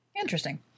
interesting